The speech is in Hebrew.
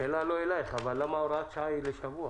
השאלה היא לא אליך, אבל למה הוראת השעה היא לשבוע?